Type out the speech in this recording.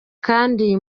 kandi